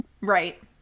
Right